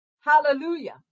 hallelujah